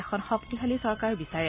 এখন শক্তিশালী চৰকাৰ বিচাৰে